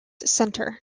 centre